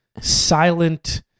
silent